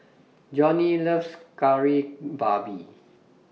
Johnie loves Kari Babi